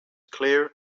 clear